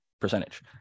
percentage